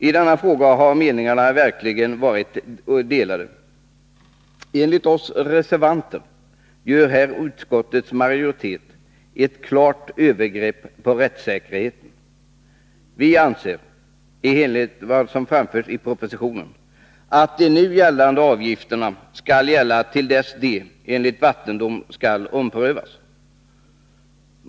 I denna fråga har meningarna verkligen varit delade. Enligt oss reservanter gör utskottets majoritet sig här skyldig till ett klart övergrepp på rättssäkerheten. Vi anser, i enlighet med vad som framförs i propositionen, att de nu gällande avgifterna skall gälla till dess de enligt vattendom skall omprövas.